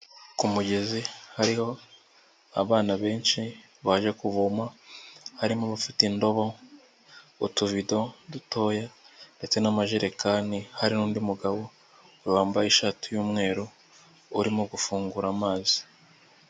Ku mugezi hariho abana benshi baje kuvoma, harimo abafite indobo, utuvido dutoya ndetse n'amajerekani, hari n'undi mugabo wambaye ishati y'umweru, urimo gufungura amazi.